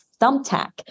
Thumbtack